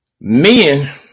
Men